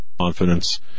confidence